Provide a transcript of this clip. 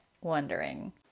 wondering